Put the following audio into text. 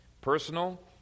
personal